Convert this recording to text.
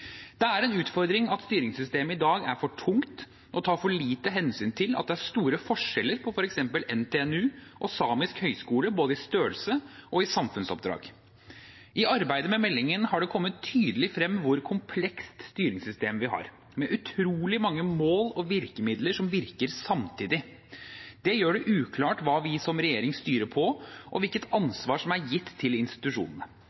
Det er en utfordring at styringssystemet i dag er for tungt og tar for lite hensyn til at det er store forskjeller på f.eks. NTNU og Samisk høgskole, både i størrelse og i samfunnsoppdrag. I arbeidet med meldingen har det kommet tydelig frem hvor komplekst styringssystemet vårt er, med utrolig mange mål og virkemidler som virker samtidig. Det gjør det uklart hva vi som regjering styrer på, og hvilket